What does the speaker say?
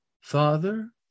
father